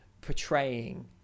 portraying